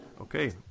Okay